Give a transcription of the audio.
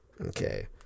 Okay